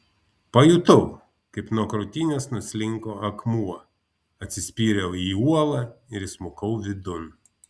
pajutau kaip nuo krūtinės nuslinko akmuo atsispyriau į uolą ir įsmukau vidun